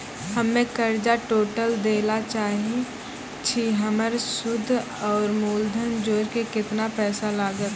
हम्मे कर्जा टोटल दे ला चाहे छी हमर सुद और मूलधन जोर के केतना पैसा लागत?